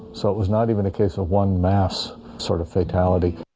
so it was not even a case of one mass sort of fatality